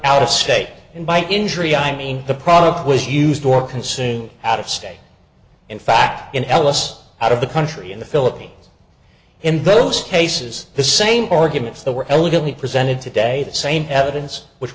out of state and by injury i mean the product was used or consume out of state in fact in ls out of the country in the philippines in those cases the same arguments that were illegally presented today the same evidence which